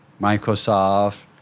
Microsoft